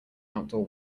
outdoor